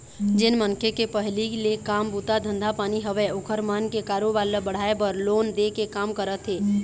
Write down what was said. जेन मनखे के पहिली ले काम बूता धंधा पानी हवय ओखर मन के कारोबार ल बढ़ाय बर लोन दे के काम करत हे